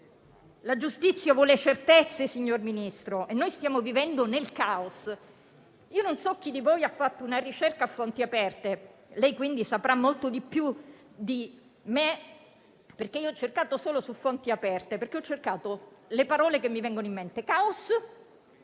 La giustizia vuole certezze, signor Ministro, e noi stiamo vivendo nel caos. Non so chi di voi ha fatto una ricerca a fonti aperte, ma lei saprà molto di più di me, perché io ho cercato solo su fonti aperte le parole che mi vengono in mente: caos